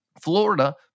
Florida